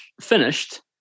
finished